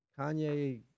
Kanye